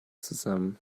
zusammen